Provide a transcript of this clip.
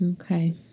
okay